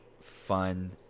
fun